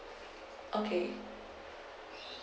okay